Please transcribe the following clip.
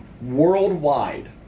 Worldwide